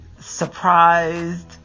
surprised